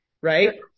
right